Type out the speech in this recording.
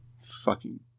Fucking-